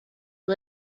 who